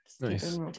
Nice